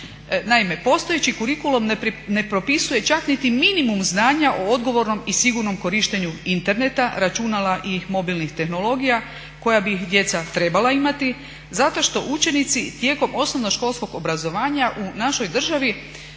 Naime, postojeći kurikulum ne propisuje čak niti minimum znanja o odgovornom i sigurnom korištenju interneta, računala i mobilnih tehnologija koja bi djeca trebala imati zato što učenici tijekom osnovnoškolskog obrazovanja u našoj državi